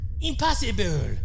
Impossible